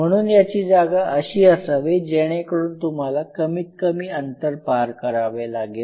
म्हणून याची जागा अशी असावी जेणेकरून तुम्हाला कमीत कमी अंतर पार करावे लागेल